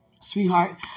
sweetheart